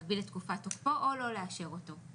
להגביל את תקופת תוקפו, או לא לאשר אותו בכלל.